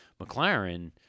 McLaren